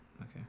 Okay